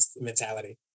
mentality